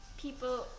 People